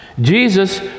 Jesus